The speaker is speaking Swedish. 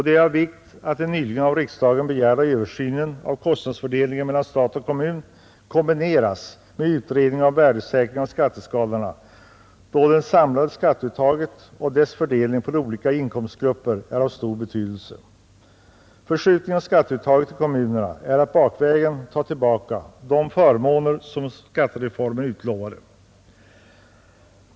Det är av vikt att den nyligen av riksdagen begärda översynen av kostnadsfördelningen mellan stat och kommun kombineras med en utredning om värdesäkring av skatteskalorna, då det samlade skatteuttaget och dess fördelning på olika inkomstgrupper är av stor betydelse. Förskjutningen av skatteuttaget till kommunerna är att bakvägen ta tillbaka de förmåner som skattereformen utlovade.